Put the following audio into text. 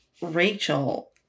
Rachel